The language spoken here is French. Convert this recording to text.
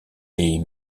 les